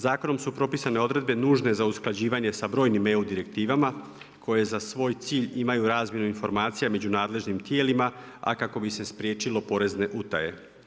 Zakonom su propisane odredbe nužne za usklađivanje sa brojnim EU direktivama koje za svoj cilj imaju razmjenu informacija među nadležnim tijelima, a kako bi se spriječilo porezne utaje.